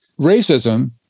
racism